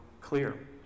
clear